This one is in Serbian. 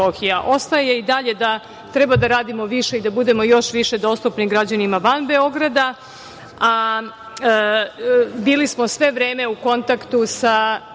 i dalje da treba da radimo više i da budemo još više dostupni građanima van Beograda, a bili smo sve vreme u kontaktu sa